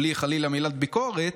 בלי חלילה מילת ביקורת,